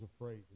afraid